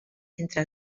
entre